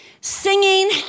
singing